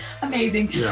Amazing